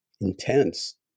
intense